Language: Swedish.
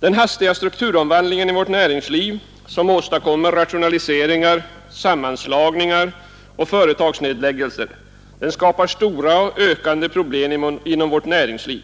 Den hastiga strukturomvandlingen i vårt näringsliv, som åstadkommer rationaliseringar, sammanslagningar och företagsnedläggelser, skapar stora och ökande problem inom vårt näringsliv.